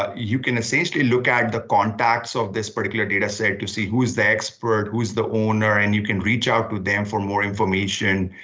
but you can essentially look at the contacts of this particular dataset to see who is the expert, who is the owner, and you can reach ah to them for more information.